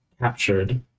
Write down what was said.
captured